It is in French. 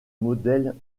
modèles